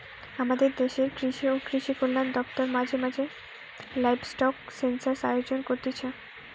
আমদের দেশের কৃষি ও কৃষিকল্যান দপ্তর মাঝে মাঝে লাইভস্টক সেনসাস আয়োজন করতিছে